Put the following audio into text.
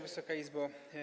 Wysoka Izbo!